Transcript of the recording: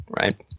right